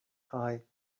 drei